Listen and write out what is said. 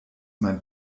mein